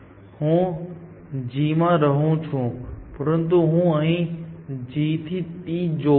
હું G માં રહું છું પરંતુ હું અહીં G થી T જાઉં છું